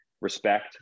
respect